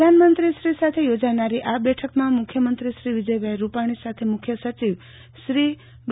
પ્રધાનમંત્રીશ્રી સાથે યોજાનારી આ બેઠકમાં મુખ્યમંત્રી શ્રી વિજયભાઇ રૂપાણી સાથે મુખ્ય સચિવ શ્રી ડૉ